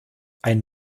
einen